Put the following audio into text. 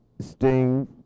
Sting